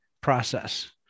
process